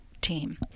team